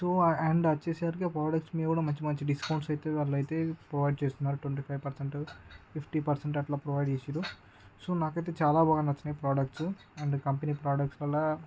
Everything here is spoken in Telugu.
సో అండ్ వచ్చేసరికి ఆ ప్రొడక్ట్స్ మీద మంచి మంచి డిస్కౌంట్స్ అయితే వాళ్ళు అయితే ప్రొవైడ్ చేసిన్నారు twenty five percent fifty percent అట్లా ప్రొవైడ్ చేసినారు సో నాకైతే చాలా బాగా నచ్చినాయి ప్రొడక్ట్సు అండ్ కంపెనీ ప్రొడక్ట్స్ వల్ల